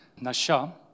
nasha